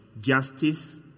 Justice